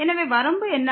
எனவே வரம்பு என்ன